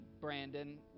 brandon